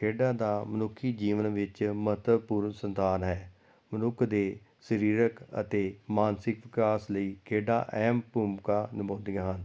ਖੇਡਾਂ ਦਾ ਮਨੁੱਖੀ ਜੀਵਨ ਵਿੱਚ ਮਹੱਤਵਪੂਰਨ ਸਥਾਨ ਹੈ ਮਨੁੱਖ ਦੇ ਸਰੀਰਕ ਅਤੇ ਮਾਨਸਿਕ ਵਿਕਾਸ ਲਈ ਖੇਡਾਂ ਅਹਿਮ ਭੂਮਿਕਾ ਨਿਭਾਉਂਦੀਆਂ ਹਨ